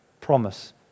promise